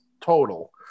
total